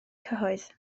cyhoedd